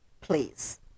please